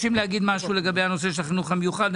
אתם רוצים להגיד משהו לגבי הנושא של החינוך המיוחד?